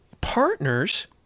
partners